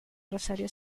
rosario